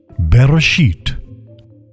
Bereshit